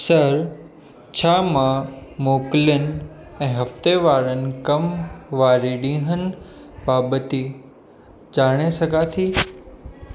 sir छा मां मोकिलियुनि ऐं हफ़्ते वारनि कम वारे ॾींहंनि बाबति ॼाणे सघां थी